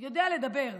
יודע לדבר,